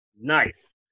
Nice